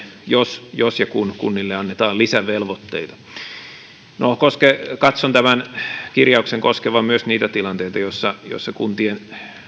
jos jos ja kun kunnille annetaan lisävelvoitteita no katson tämän kirjauksen koskevan myös niitä tilanteita joissa joissa kuntien